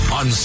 on